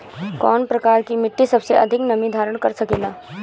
कौन प्रकार की मिट्टी सबसे अधिक नमी धारण कर सकेला?